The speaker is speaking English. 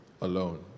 alone